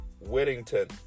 Whittington